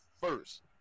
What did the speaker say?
first